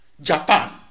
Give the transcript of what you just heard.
Japan